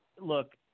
look